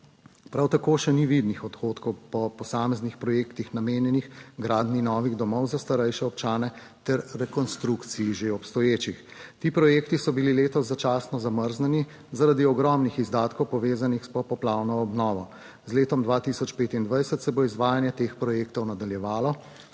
Prav tako še ni vidnih odhodkov po posameznih projektih, namenjenih gradnji novih domov za starejše občane ter rekonstrukciji že obstoječih. Ti projekti so bili letos začasno zamrznjeni, zaradi ogromnih izdatkov, povezanih s popoplavno obnovo. Z letom 2025 se bo izvajanje teh projektov nadaljevalo.